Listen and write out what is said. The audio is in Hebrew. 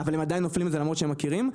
אבל הם עדיין נופלים בזה למרות שהם מכירים.